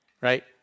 right